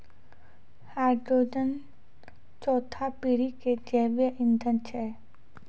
hydrogen चौथा पीढ़ी के जैविक ईंधन छै